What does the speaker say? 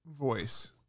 voice